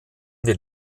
den